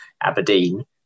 Aberdeen